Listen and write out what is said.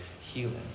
healing